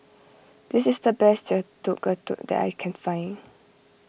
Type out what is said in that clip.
this is the best that I can find